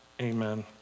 Amen